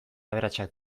aberatsak